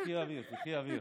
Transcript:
קחי אוויר, קחי אוויר.